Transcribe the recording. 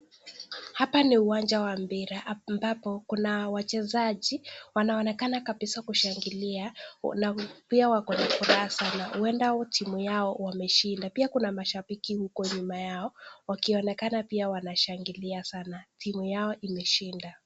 Hapa ni uwanja wa mpira ambapo kuna wachezaji wanaonekana kabisa kushangilia, pia wako na furaha sana. Huenda timu yao wameshinda. Pia kuna mashabiki huko nyuma yao wakionekana kuwa wanashangilia sana. Timu yao imeshinda.